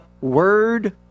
word